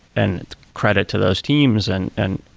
and credit to those teams and and